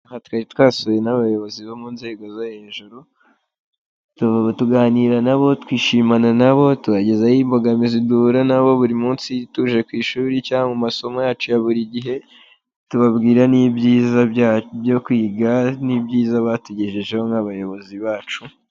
Aha twari twasuwe n'abayobozi bo mu nzego zo hejuru, tuganira na bo, twishimana na bo, tubagezaho imbogamizi duhura na zo buri munsi tuje ku ishuri cyangwa mu masomo yacu ya buri gihe, tubabwira n'ibyiza byo kwiga, n'ibyiza batugejejeho nk'abayobozi bacu.